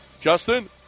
Justin